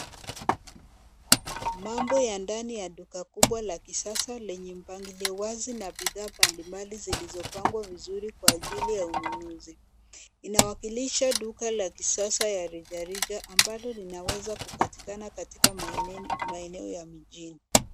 Mambo ya ndani ya duka kubwa la kisasa lenye mpangilio wazi na bidhaa mbali mbali zilizo pangwa vizuri kwa ajili ya ununuzi. Inawakilisha duka la kisasa ya rejareja ambalo linaweza kupatikana katika maeneo ya mjini.